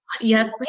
Yes